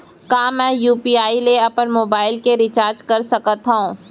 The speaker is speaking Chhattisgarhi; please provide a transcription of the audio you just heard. का मैं यू.पी.आई ले अपन मोबाइल के रिचार्ज कर सकथव?